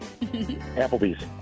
Applebee's